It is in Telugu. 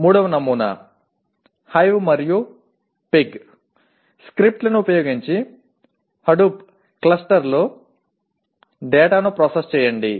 మూడవ నమూనా హైవ్ మరియు పిగ్ స్క్రిప్ట్లను ఉపయోగించి హడూప్ క్లస్టర్లో డేటాను ప్రాసెస్ చేయండి